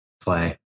play